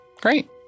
Great